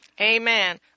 Amen